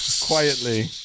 Quietly